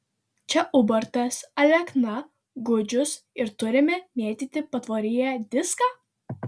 čia ubartas alekna gudžius ir turime mėtyti patvoryje diską